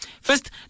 First